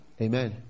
Amen